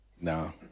No